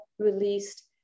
released